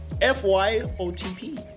F-Y-O-T-P